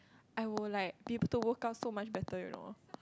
I will like be able to work out so much better you know